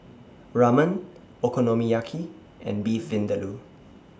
Ramen Okonomiyaki and Beef Vindaloo